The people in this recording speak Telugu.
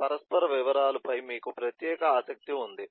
పరస్పర వివరాలపై మీకు ప్రత్యేక ఆసక్తి ఉంది